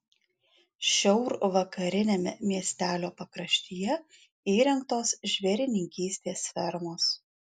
šiaurvakariniame miestelio pakraštyje įrengtos žvėrininkystės fermos